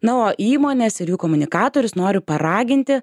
na o įmones ir jų komunikatorius noriu paraginti